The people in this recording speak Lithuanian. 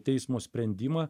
teismo sprendimą